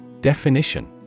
Definition